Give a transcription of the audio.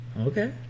Okay